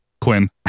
Quinn